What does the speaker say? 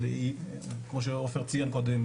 כמו שעופר ציין קודם,